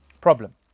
problem